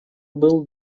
был